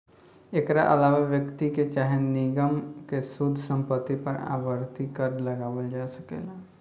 एकरा आलावा व्यक्ति के चाहे निगम के शुद्ध संपत्ति पर आवर्ती कर लगावल जा सकेला